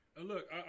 Look